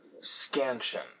scansion